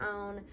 own